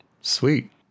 Sweet